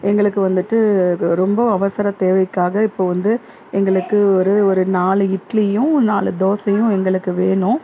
எங்களுக்கு வந்துட்டு ரொம்ப அவசர தேவைக்காக இப்போது வந்து எங்களுக்கு ஒரு ஒரு நாலு இட்லியும் நாலு தோசையும் எங்களுக்கு வேணும்